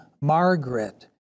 Margaret